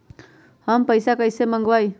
हम पैसा कईसे मंगवाई?